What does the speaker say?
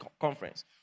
conference